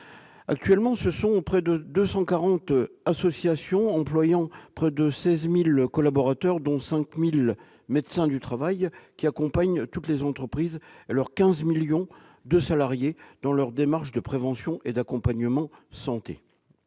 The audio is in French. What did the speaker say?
Actuellement, ce sont près de 240 associations, employant près de 16 000 collaborateurs, dont 5 000 médecins du travail, qui accompagnent toutes les entreprises et leurs 15 millions de salariés dans leurs démarches de prévention et d'accompagnement en